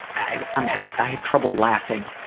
i um have i have trouble laughing.